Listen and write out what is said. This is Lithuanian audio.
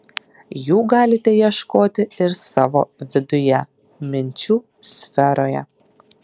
jų galite ieškoti ir savo viduje minčių sferoje